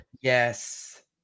Yes